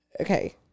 Okay